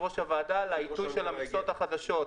ראש הוועדה לגבי העיתוי של המכסות החדשות.